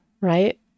right